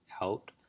out